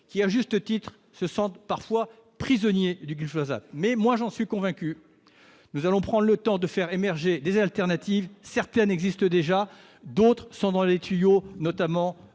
qui, à juste titre, se sentent parfois prisonniers du glyphosate. Et de l'opinion ! J'en suis convaincu, nous allons prendre le temps de faire émerger des alternatives. Certaines existent déjà, d'autres sont « dans les tuyaux », notamment